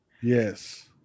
Yes